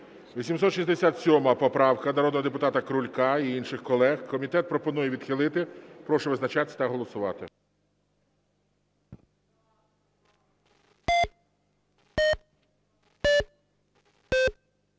867 поправка народного депутата Крулька і інших колег. Комітет пропонує відхилити. Прошу визначатися та голосувати.